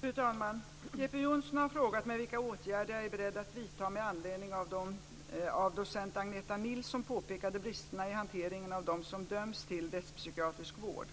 Fru talman! Jeppe Johnsson har frågat mig vilka åtgärder jag är beredd att vidta med anledning av de av docent Agneta Nilsson påpekade bristerna i hanteringen av dem som döms till rättspsykiatrisk vård.